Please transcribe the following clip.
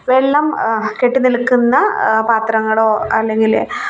വെള്ളം കെട്ടിനിൽക്കുന്ന പാത്രങ്ങളോ അല്ലെങ്കില്